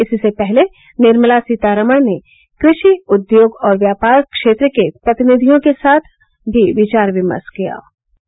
इससे पहले निर्मला सीतारामन ने कृषि उद्योग और व्यापार क्षेत्र के प्रतिनिधियों के साथ भी विचार विमर्श किया था